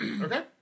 Okay